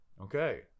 Okay